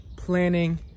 Planning